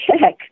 check